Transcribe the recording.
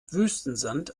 wüstensand